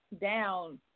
down